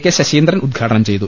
K Saseendran ഉദ്ഘാടനം ചെയ്തു